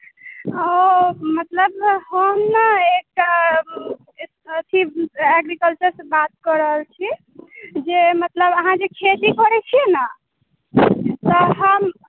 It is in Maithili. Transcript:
ओ मतलब हम ने एक टा अथी एग्रीकल्चर सऽ बात कऽ रहल छी जे मतलब अहाँ जे खेती करै छियै ने तऽ हम